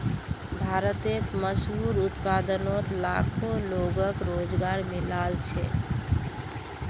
भारतेर मशहूर उत्पादनोत लाखों लोगोक रोज़गार मिलाल छे